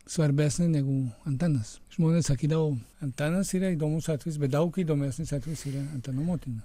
svarbesnė negu antanas žmonės sakydavo antanas yra įdomus atvejis bet daug įdomesnis atvejis yra antano motina